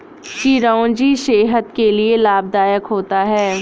चिरौंजी सेहत के लिए लाभदायक होता है